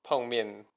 碰面